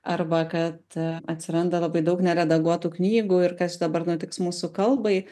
arba kad atsiranda labai daug neredaguotų knygų ir kas dabar nutiks mūsų kalbai